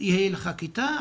שתהיה לך כיתה,